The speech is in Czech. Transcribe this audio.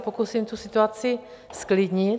Pokusím se tu situaci zklidnit.